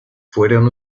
fueron